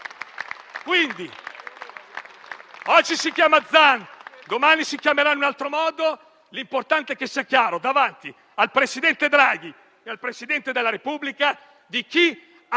divisivo! Oggi si chiama Zan, domani si chiamerà in un altro modo, l'importante è che sia chiaro, davanti al presidente Draghi e al Presidente della Repubblica, chi ha